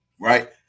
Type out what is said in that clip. right